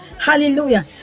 hallelujah